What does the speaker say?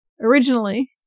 Originally